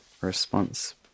response